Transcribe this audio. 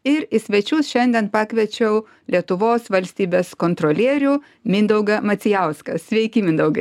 ir į svečius šiandien pakviečiau lietuvos valstybės kontrolierių mindaugą macijauską sveiki mindaugai